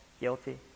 Guilty